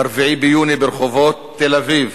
ב-4 ביוני, ברחובות תל-אביב